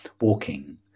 walking